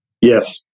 Yes